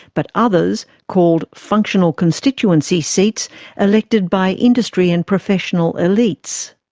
but others called functional constituency seats elected by industry and professional elites.